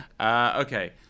Okay